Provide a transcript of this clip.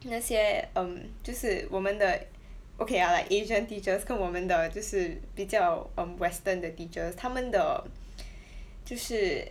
那些 um 就是我们的 okay lah like asian teachers 跟我们的就是比较 um western 的 teachers 他们的 就是